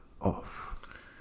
Off